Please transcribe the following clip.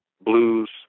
blues